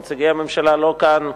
נציגי הממשלה לא כאן,